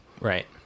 Right